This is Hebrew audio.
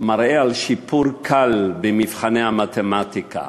מראים שיפור קל במבחני המתמטיקה: